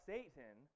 Satan